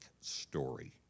story